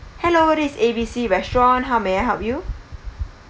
hello this is A B C restaurant how may I help you